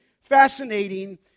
fascinating